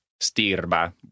stirba